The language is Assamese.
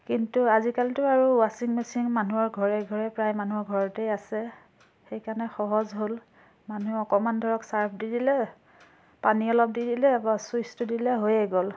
কিন্তু আজিকালিতো আৰু ৱাচিং মেচিন মানুহৰ ঘৰে ঘৰে প্ৰায় মানুহৰ ঘৰতেই আছে সেইকাৰণে সহজ হ'ল মানুহে অকণমান ধৰক চাৰ্ফ দি দিলে পানী অলপ দি দিলে বছ চুইচ্চটো দি দিলে হৈয়ে গ'ল